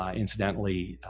um incidentally,